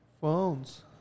phones